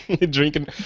Drinking